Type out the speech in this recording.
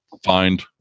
find